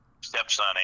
stepson